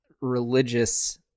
religious